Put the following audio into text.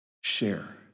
Share